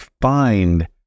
find